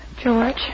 George